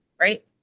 right